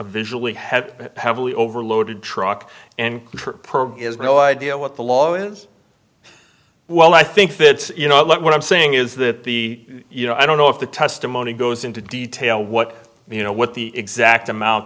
visually heavy heavily overloaded truck and is no idea what the law is well i think that you know what i'm saying is that the you know i don't know if the testimony goes into detail what you know what the exact amount